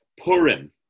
Purim